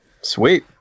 Sweet